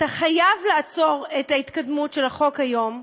אתה חייב לעצור את ההתקדמות של החוק היום,